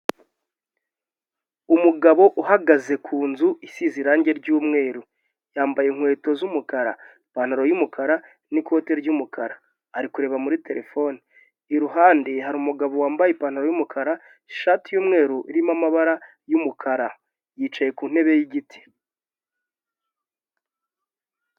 Umugabo uhagaze ku nzu isize irangi ry'umweru. Yambaye inkweto z'umukara, ipantaro y'umukara n'ikote ry'umukara ari kureba muri terefone. Iruhande hari umugabo wambaye ipantaro y'umukara, ishati y'umweru irimo amabara y'umukara yicaye ku ntebe y'igiti.